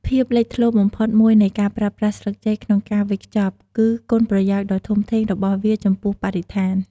ភាពលេចធ្លោបំផុតមួយនៃការប្រើប្រាស់ស្លឹកចេកក្នុងការវេចខ្ចប់ គឺ គុណប្រយោជន៍ដ៏ធំធេងរបស់វាចំពោះបរិស្ថាន។